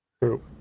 True